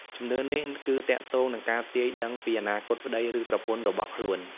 ជំនឿនេះគឺទាក់ទងនឹងការទាយដឹងពីអនាគតប្ដី ឬប្រពន្ធរបស់ខ្លួន។